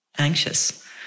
anxious